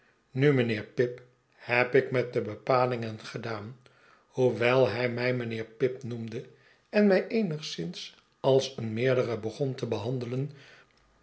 nu mijnheer pip heb ik met de bepalingen gedaan hoewel hij mij mijnheer pip noemde en mij eenigszins als een meerdere begon te behandelen